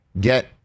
get